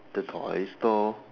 the toy store